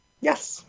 Yes